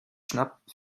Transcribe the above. schnapp